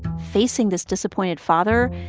facing this disappointed father,